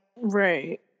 Right